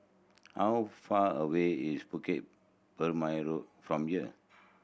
how far away is Bukit Purmei Road from here